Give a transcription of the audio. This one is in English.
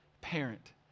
parent